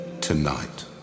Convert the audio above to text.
tonight